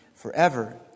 forever